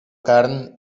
carn